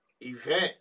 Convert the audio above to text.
event